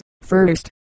first